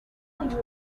with